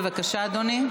בבקשה, אדוני.